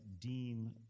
deem